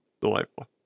Delightful